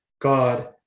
God